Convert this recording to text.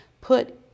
put